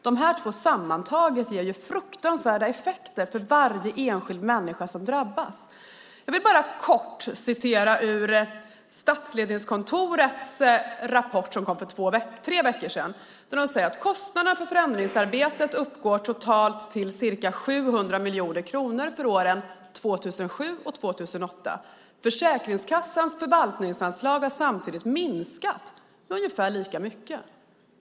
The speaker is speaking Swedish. Det sammantaget ger fruktansvärda effekter för varje enskild människa som drabbas. Jag vill kort citera ur Statskontorets rapport som kom för tre veckor sedan: "Kostnaderna för förändringsarbetet uppgår - till totalt ca 700 miljoner kronor för åren 2007 och 2008. Försäkringskassans förvaltningsanslag har samtidigt minskat med ungefär lika mycket."